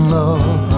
love